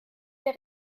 der